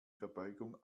verbeugung